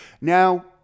Now